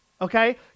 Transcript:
Okay